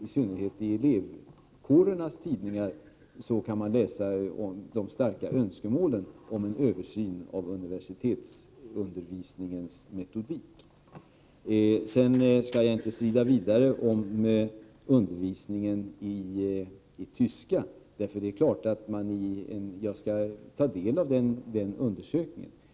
I synnerhet i elevkårernas tidningar kan man läsa om de starka önskemålen om en översyn av universitetsundervisningens metodik. Jag skall inte strida vidare om undervisningen i tyska språket. Jag skall ta del av undersökningen om denna.